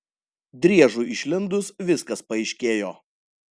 driežui išlindus viskas paaiškėjo